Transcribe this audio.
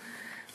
נא לסיים.